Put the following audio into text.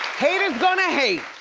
haters gonna hate.